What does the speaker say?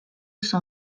s’en